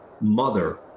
mother